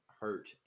hurt